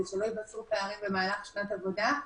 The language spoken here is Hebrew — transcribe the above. שלא ייווצרו פערים במהלך שנת עבודה.